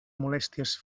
molèsties